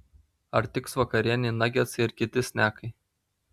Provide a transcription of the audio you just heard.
ar tiks vakarienei nagetsai ir kiti snekai